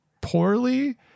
poorly